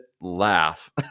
laugh